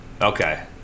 Okay